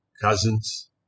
cousins